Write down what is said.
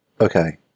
Okay